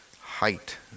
height